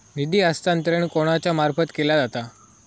निधी हस्तांतरण कोणाच्या मार्फत केला जाता?